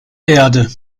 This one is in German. erde